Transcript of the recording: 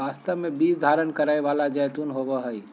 वास्तव में बीज धारण करै वाला जैतून होबो हइ